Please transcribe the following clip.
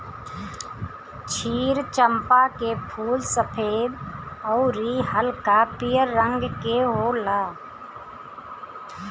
क्षीर चंपा के फूल सफ़ेद अउरी हल्का पियर रंग के होला